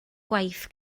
gwaith